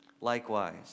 Likewise